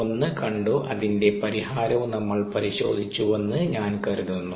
1 കണ്ടു അതിന്റെ പരിഹാരവും നമ്മൾ പരിശോധിച്ചുവെന്ന് ഞാൻ കരുതുന്നു